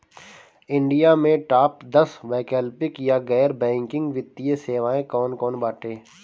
India में top दस वैकल्पिक या गैर बैंकिंग वित्तीय सेवाएं कौन कोन बाटे?